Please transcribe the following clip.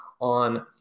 on